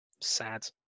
Sad